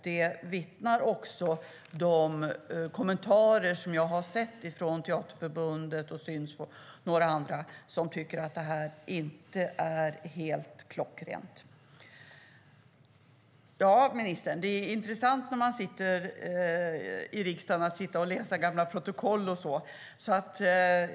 Det vittnar också de kommentarer som jag har sett från Teaterförbundet och några andra, som tycker att detta inte är helt klockrent. Ja, ministern, det är intressant att läsa gamla protokoll när man sitter i riksdagen.